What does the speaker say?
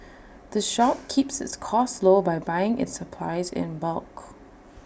the shop keeps its costs low by buying its supplies in bulk